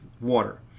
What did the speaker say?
water